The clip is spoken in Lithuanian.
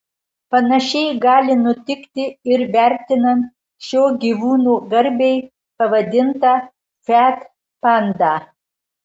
panašiai gali nutikti ir vertinant šio gyvūno garbei pavadintą fiat pandą